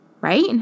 right